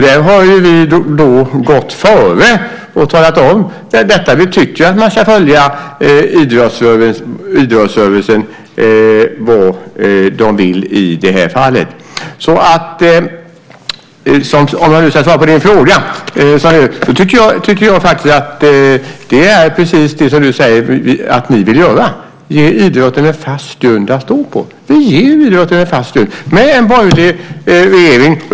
Där har vi gått före och talat om det. Vi tycker att man ska följa idrottsrörelsen och vad de vill i det här fallet. Om jag nu ska svara på din fråga tycker jag att det är precis det du säger att ni vill göra, ge idrotten en fast grund att stå på. Vi ger idrotten en fast grund med en borgerlig regering.